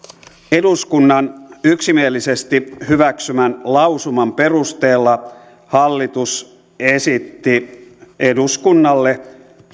eduskunnan yksimielisesti hyväksymän lausuman perusteella hallitus esitti eduskunnalle